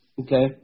Okay